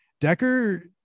Decker